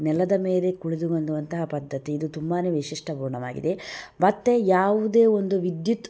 ನೆಲದ ಮೇಲೆ ಕುಳಿತುಕೊಳ್ಳುವಂತಹ ಪದ್ಧತಿ ಇದು ತುಂಬಾ ವಿಶಿಷ್ಟ ಗುಣವಾಗಿದೆ ಮತ್ತು ಯಾವುದೇ ಒಂದು ವಿದ್ಯುತ್